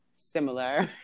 Similar